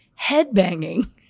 headbanging